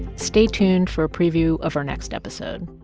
stay tuned for a preview of our next episode